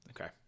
Okay